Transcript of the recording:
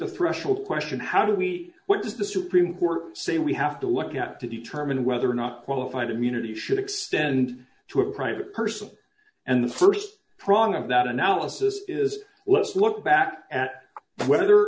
the threshold question how do we what does the supreme court say we have to look at to determine whether or not qualified immunity should extend to a private person and the st prong of that six analysis is let's look back at